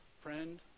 Friend